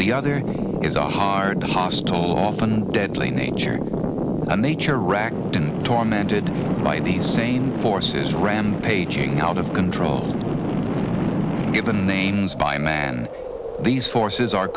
the other is a hard hostile often deadly nature a nature racked in tormented by the same forces rampaging out of control given names by man these forces are